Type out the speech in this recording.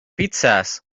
pizzas